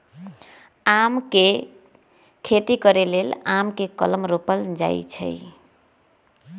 आम के खेती करे लेल आम के कलम रोपल जाइ छइ